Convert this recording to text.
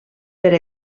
per